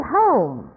home